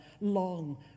long